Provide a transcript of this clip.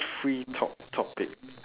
free talk topic